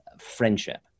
friendship